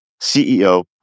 CEO